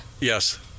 yes